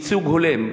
ייצוג הולם,